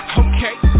okay